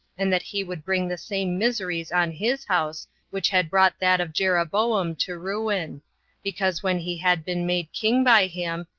and that he would bring the same miseries on his house which had brought that of jeroboam to ruin because when he had been made king by him,